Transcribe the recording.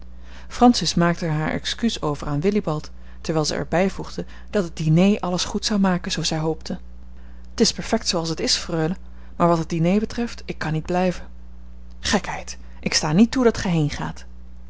francis maakte er haar excuus over aan willibald terwijl zij er bij voegde dat het diner alles goed zou maken zoo zij hoopte t is perfect zooals het is freule maar wat het diner betreft ik kan niet blijven gekheid ik sta niet toe dat